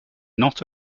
not